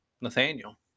nathaniel